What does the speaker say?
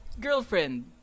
girlfriend